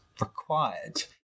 required